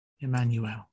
Emmanuel